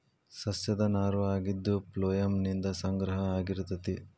ಸಸ್ಯದ ನಾರು ಆಗಿದ್ದು ಪ್ಲೋಯಮ್ ನಿಂದ ಸಂಗ್ರಹ ಆಗಿರತತಿ